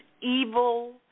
evil